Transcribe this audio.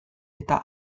eta